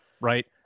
right